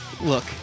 Look